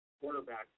Quarterback